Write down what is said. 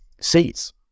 seats